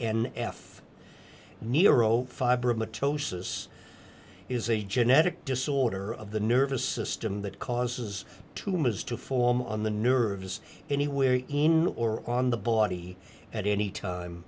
an f neuro fiber of the ptosis is a genetic disorder of the nervous system that causes tumors to form on the nerves anywhere in or on the body at any time